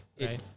right